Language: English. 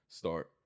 start